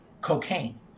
cocaine